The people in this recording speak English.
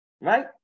right